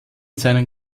seinen